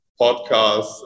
podcasts